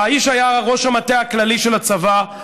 האיש היה ראש המטה הכללי של הצבא,